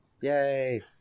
Yay